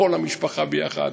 כל המשפחה ביחד,